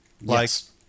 Yes